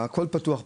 הכול פתוח פה.